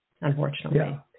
unfortunately